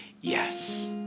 yes